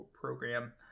program